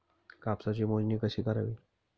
कापसाची मोजणी कशी करावी?